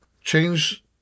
change